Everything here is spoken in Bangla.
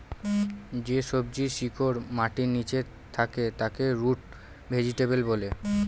যে সবজির শিকড় মাটির নীচে থাকে তাকে রুট ভেজিটেবল বলে